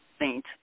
saint